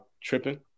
tripping